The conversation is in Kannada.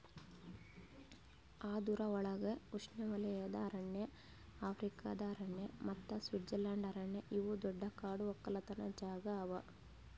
ಅದುರ್ ಒಳಗ್ ಉಷ್ಣೆವಲಯದ ಅರಣ್ಯ, ಆಫ್ರಿಕಾದ ಅರಣ್ಯ ಮತ್ತ ಸ್ವಿಟ್ಜರ್ಲೆಂಡ್ ಅರಣ್ಯ ಇವು ದೊಡ್ಡ ಕಾಡು ಒಕ್ಕಲತನ ಜಾಗಾ ಅವಾ